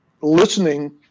listening